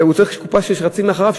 הוא צריך קופה של שרצים מאחוריו,